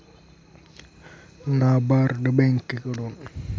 नाबार्ड ब्यांककडथून एन.जी.ओ आनी सामाजिक एजन्सीसले कर्ज भेटस